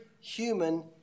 human